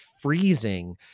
freezing